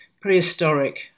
prehistoric